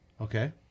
Okay